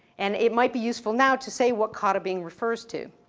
and it might be useful now to say what cottabing refers to.